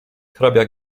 hrabia